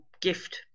gift